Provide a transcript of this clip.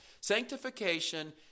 Sanctification